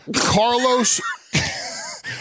Carlos